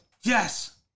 yes